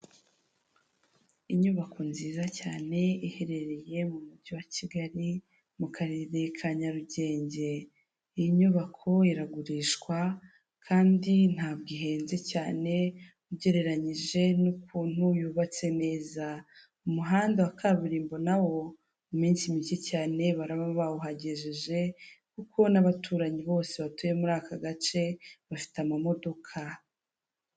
Inyubako nziza cyane iherereye mu mujyi wa Kigali mu karere ka Nyarugenge. Iyi nyubako iragurishwa kandi ntabwo ihenze cyane ugereranyije n'ukuntu yubatse neza. Umuhanda wa kaburimbo nawo mu minsi mike cyaneba bawuhagejeje kuko n'abaturanyi bose batuye muri aka gace bafite amamodoka.